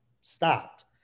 stopped